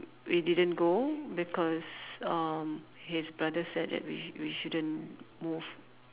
we didn't go because uh his brother said that we we shouldn't move